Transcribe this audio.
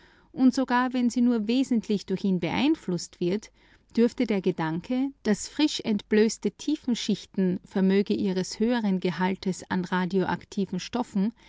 und sogar wenn sie nur teilweise durch denselben unterhalten wird dürfte der gedanke daß frisch entblößte tiefenschichten vermöge ihres höheren gehaltes an radioaktiven stoffen